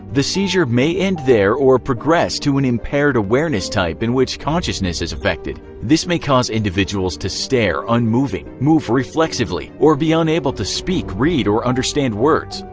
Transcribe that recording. the seizure may end there or progress to an impaired awareness type in which consciousness is affected. this may cause individuals to stare, unmoving, move reflexively, or be unable to speak, read, or understand words.